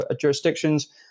jurisdictions